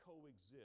coexist